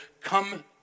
come